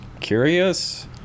curious